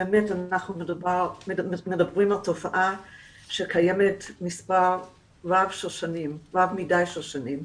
אנחנו מדברים על תופעה שקיימת מספר רב מדי של שנים.